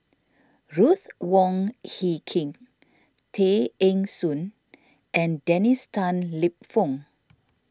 Ruth Wong Hie King Tay Eng Soon and Dennis Tan Lip Fong